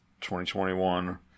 2021